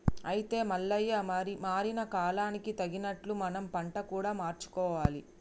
అయితే మల్లయ్య మారిన కాలానికి తగినట్లు మనం పంట కూడా మార్చుకోవాలి